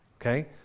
Okay